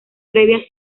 previas